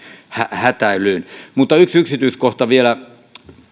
hätäilyyn mutta yksi yksityiskohta vielä